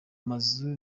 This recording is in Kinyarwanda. mazu